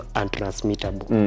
untransmittable